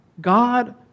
God